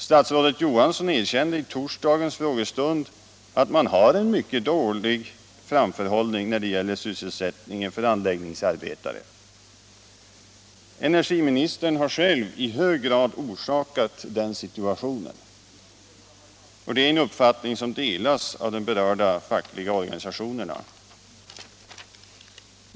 Statsrådet Johansson erkände vid torsdagens frågestund att man har en mycket dålig framförhållning när det gäller sysselsättningen för anläggningsarbetare. Energiministern har själv i hög grad orsakat den situationen. Det är en uppfattning som delas av de berörda fackliga organisationerna.